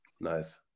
nice